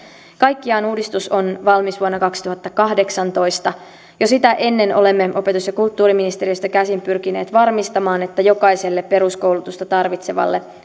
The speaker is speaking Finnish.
kaikkiaan uudistus on valmis vuonna kaksituhattakahdeksantoista jo sitä ennen olemme opetus ja kulttuuriministeriöstä käsin pyrkineet varmistamaan että jokaiselle peruskoulutusta tarvitsevalle